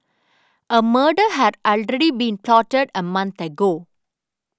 a murder had already been plotted a month ago